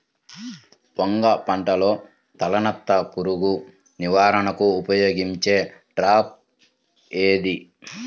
వంగ పంటలో తలనత్త పురుగు నివారణకు ఉపయోగించే ట్రాప్ ఏది?